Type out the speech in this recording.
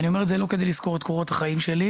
אני לא אומר את זה כדי לזכור את קורות החיים שלי,